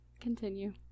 Continue